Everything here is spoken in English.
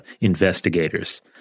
investigators